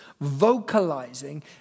vocalizing